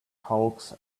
hawks